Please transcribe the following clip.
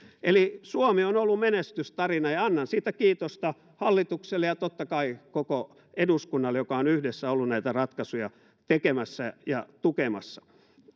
eli suomi on ollut menestystarina ja ja annan siitä kiitosta hallitukselle ja totta kai koko eduskunnalle joka on yhdessä ollut näitä ratkaisuja tekemässä ja tukemassa